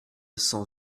cent